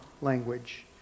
language